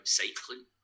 cycling